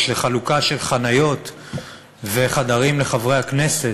לחלוקה של חניות וחדרים לחברי הכנסת.